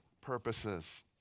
purposes